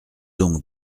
donc